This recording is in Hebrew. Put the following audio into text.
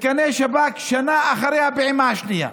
מתקני שב"כ, שנה אחרי הפעימה השנייה,